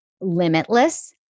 limitless